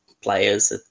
players